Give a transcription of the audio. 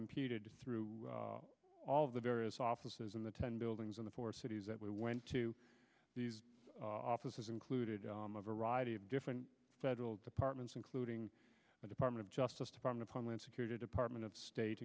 impeded through all of the various offices in the ten buildings in the four cities that we went to these offices included a variety of different federal departments including the department of justice department of homeland security department of state